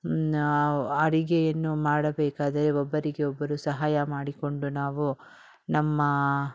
ಅಡುಗೆಯನ್ನು ಮಾಡಬೇಕಾದರೆ ಒಬ್ಬರಿಗೆ ಒಬ್ಬರು ಸಹಾಯ ಮಾಡಿಕೊಂಡು ನಾವು ನಮ್ಮ